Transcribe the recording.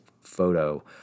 photo